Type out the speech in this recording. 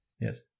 Yes